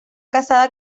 casada